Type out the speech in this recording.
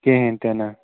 کِہیٖنۍ تہِ نہٕ